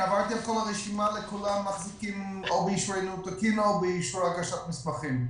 --- או באישור הגשת מסמכים.